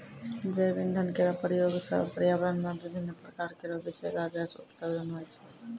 जैव इंधन केरो प्रयोग सँ पर्यावरण म विभिन्न प्रकार केरो बिसैला गैस उत्सर्जन होय छै